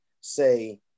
say